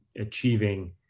achieving